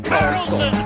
Carlson